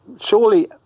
surely